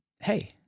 Hey